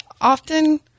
often